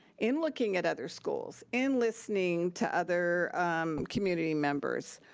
in looking at other schools, in listening to other community members,